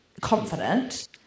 confident